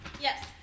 Yes